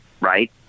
right